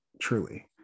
truly